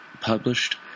published